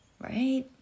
Right